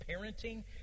parenting